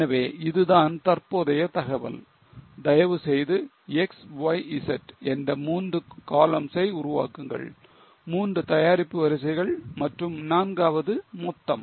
எனவே இதுதான் தற்போதைய தகவல் தயவு செய்து XYZ என்ற மூன்று coloums ஐ உருவாக்குங்கள் 3 தயாரிப்பு வரிசைகள் மற்றும் நான்காவது மொத்தம்